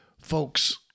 folks